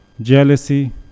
jealousy